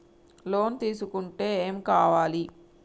Loan తీసుకుంటే ఏం కావాలి?